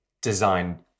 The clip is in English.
design